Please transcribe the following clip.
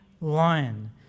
lion